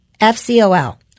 F-C-O-L